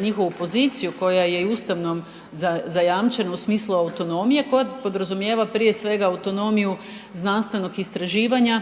njihovu poziciju koja je Ustavom zajamčena u smislu autonomije koja podrazumijeva, prije svega autonomiju znanstvenog istraživanja,